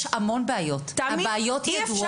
יש המון בעיות, הבעיות הן ידועות.